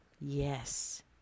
yes